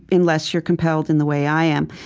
unless you're compelled in the way i am.